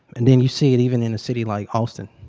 and then, you see it even in a city like austin.